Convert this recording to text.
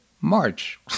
March